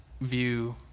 view